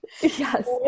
Yes